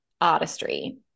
artistry